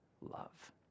love